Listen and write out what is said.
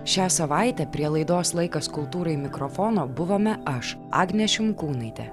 šią savaitę prie laidos laikas kultūrai mikrofono buvome aš agnė šimkūnaitė